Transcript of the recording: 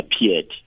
appeared